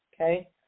Okay